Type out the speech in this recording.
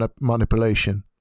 manipulation